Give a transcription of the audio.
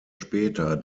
später